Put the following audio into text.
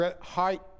Height